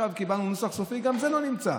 עכשיו קיבלנו נוסח סופי, זה לא נמצא.